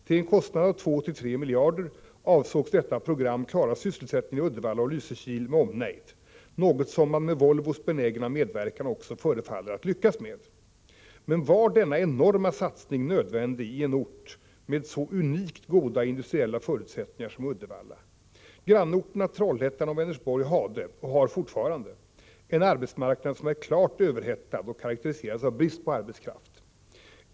Till en kostnad av 2-3 miljarder avsågs detta program klara sysselsättningen i Uddevalla och Lysekil med omnejd, något som man med Volvos benägna medverkan också förefaller att lyckas med. Men var denna enorma satsning nödvändig i en ort med så unikt goda industriella förutsättningar som Uddevalla? Grannorterna Trollhättan och Vänersborg hade — och har fortfarande — en arbetsmarknad som är klart överhettad och karakteriseras av brist på arbetskraft.